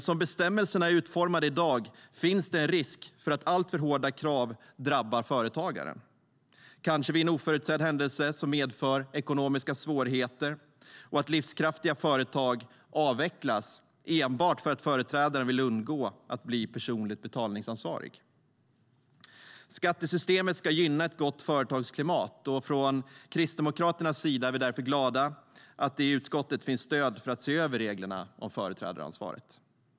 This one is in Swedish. Som bestämmelserna är utformade i dag finns dock en risk för att alltför hårda krav drabbar företagaren - kanske vid en oförutsedd händelse som medför ekonomiska svårigheter - och att livskraftiga företag avvecklas enbart för att företrädaren vill undgå att bli personligt betalningsansvarig. Skattesystemet ska gynna ett gott företagsklimat, och från Kristdemokraternas sida är vi därför glada att det i utskottet finns stöd för att se över reglerna om företrädaransvar.